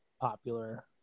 popular